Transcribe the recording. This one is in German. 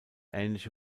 ähnliche